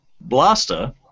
Blaster